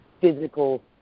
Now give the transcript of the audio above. physical